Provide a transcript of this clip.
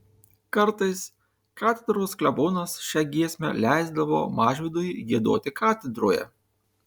kartais katedros klebonas šią giesmę leisdavo mažvydui giedoti katedroje